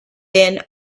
been